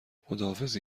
خداحافظی